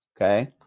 Okay